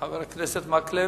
חבר הכנסת מקלב?